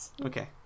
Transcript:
okay